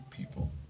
people